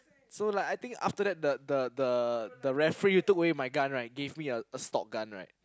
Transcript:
so like I think after that the the the the referee who took away my gun right gave me a a stock gun right